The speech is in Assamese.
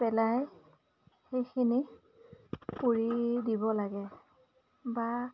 পেলাই সেইখিনি পুৰি দিব লাগে বা